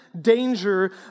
danger